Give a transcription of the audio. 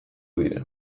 dira